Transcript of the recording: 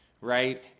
right